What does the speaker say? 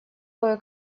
кое